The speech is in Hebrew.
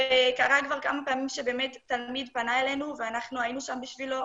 וקרה כבר כמה פעמים שתלמיד פנה אלינו ואנחנו היינו שם בשבילו,